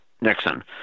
Nixon